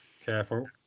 careful